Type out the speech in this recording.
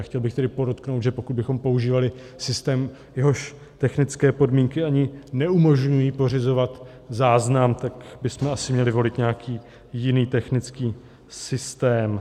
A chtěl bych tedy podotknout, že pokud bychom používali systém, jehož technické podmínky ani neumožňují pořizovat záznam, tak bychom asi měli volit nějaký jiný technický systém.